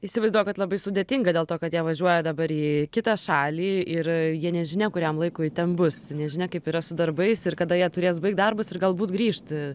įsivaizduoju kad labai sudėtinga dėl to kad jie važiuoja dabar į kitą šalį ir jie nežinia kuriam laikui ten bus nežinia kaip yra su darbais ir kada jie turės baigt darbus ir galbūt grįžti